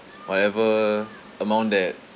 whatever amount that